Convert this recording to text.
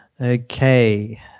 Okay